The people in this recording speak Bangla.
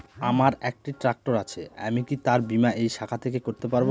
আমার একটি ট্র্যাক্টর আছে আমি কি তার বীমা এই শাখা থেকে করতে পারব?